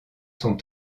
sont